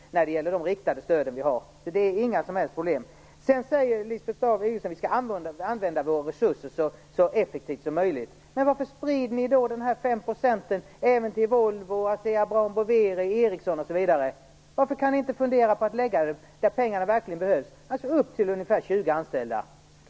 Lisbeth Staaf-Igelström säger att vi skall använda våra resurser så effektivt som möjligt. Varför sprider ni då dessa 5 % även till Volvo, Asea Brown Boveri, Ericsson osv.? Varför kan ni inte fundera på att lägga detta där pengarna verkligen behövs, alltså i företag som har upp till ungefär 20 anställda?